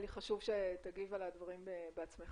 היה לי חשוב שתגיב על הדברים בעצמך.